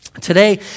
Today